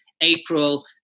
April